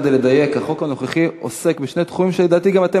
רק כדי לדייק: החוק הנוכחי עוסק בשני תחומים שלדעתי גם אתם